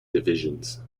divisions